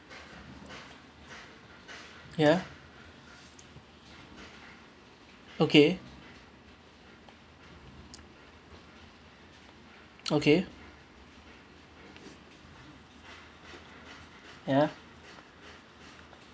ya okay okay ya